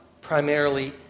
primarily